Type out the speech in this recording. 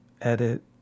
edit